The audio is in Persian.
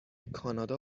کانادا